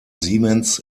siemens